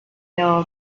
mill